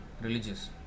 religious